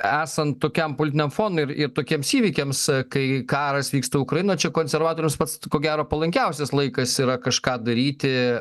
esant tokiam politiniam fonui ir ir tokiems įvykiams kai karas vyksta ukrainoj čia konservatoriams pats ko gero palankiausias laikas yra kažką daryti